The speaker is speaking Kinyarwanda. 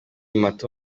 mato